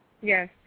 Yes